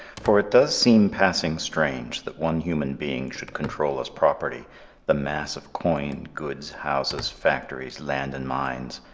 for it does seem passing strange that one human being should control as property the mass of coin, goods, houses, factories, land and mines,